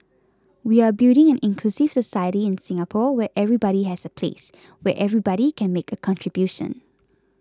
we are building an inclusive society in Singapore where everybody has a place where everybody can make a contribution